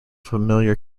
familiar